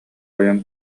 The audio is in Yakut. ойон